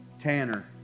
Tanner